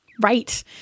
Right